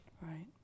right